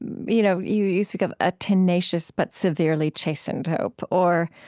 you know, you you speak of a tenacious but severely chastened hope or